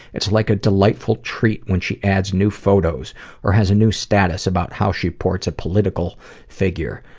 it's like a delightful treat when she adds new photos or has a new status about how she supports a political figure.